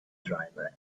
driver